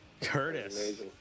Curtis